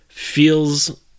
feels